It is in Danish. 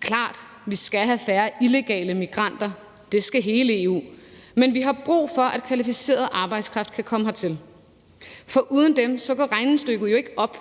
klart, at vi skal have færre illegale immigranter, og det skal hele EU, men vi har brug for, at kvalificeret arbejdskraft kan komme hertil, for uden dem går regnestykket jo ikke op.